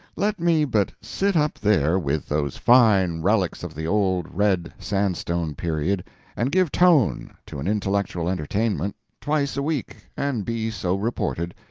let me but sit up there with those fine relics of the old red sandstone period and give tone to an intellectual entertainment twice a week, and be so reported,